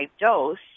dose